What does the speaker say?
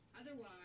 Otherwise